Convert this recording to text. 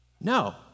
No